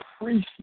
appreciate